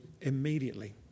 immediately